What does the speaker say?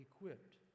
equipped